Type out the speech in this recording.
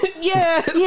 yes